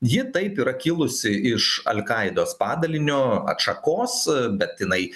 ji taip yra kilusi iš al qaidos padalinio atšakos bet jinai